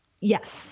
Yes